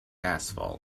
asphalt